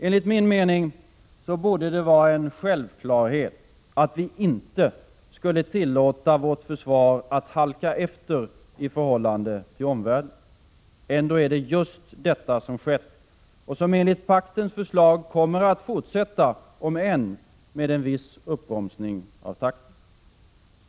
Enligt min mening borde det vara en självklarhet att vi inte skulle tillåta vårt försvar att halka efter i förhållande till omvärlden. Ändå är det just detta som skett, och som enligt paktens förslag kommer att fortsätta, om än med en viss uppbromsning av takten.